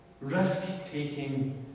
risk-taking